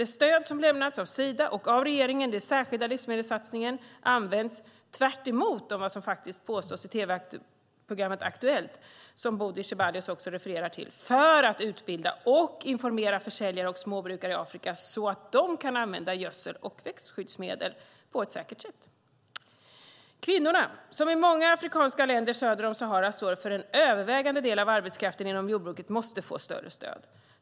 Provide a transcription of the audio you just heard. Det stöd som lämnats av Sida och av regeringen i den särskilda livsmedelssatsningen används, tvärtemot vad som påståtts i tv-programmet Aktuellt , som Bodil Ceballos refererar till, för att utbilda och informera försäljare och småbrukare i Afrika så att de kan använda gödsel och växtskyddsmedel på ett säkert sätt. Kvinnorna, som i många afrikanska länder söder om Sahara står för en övervägande del av arbetskraften inom jordbruket, måste få ett större stöd.